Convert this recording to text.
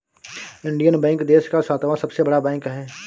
Indian bank देश का सातवां सबसे बड़ा बैंक है